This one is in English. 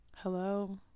Hello